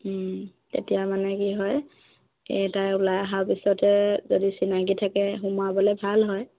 তেতিয়া মানে কি হয় এই তাই ওলাই অহাৰ পিছতে যদি চিনাকি থাকে সোমাবলে ভাল হয়